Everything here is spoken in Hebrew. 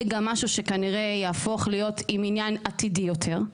גם משהו שכנראה יהפוך להיות עם עניין עתידי יותר.